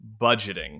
budgeting